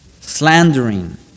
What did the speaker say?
Slandering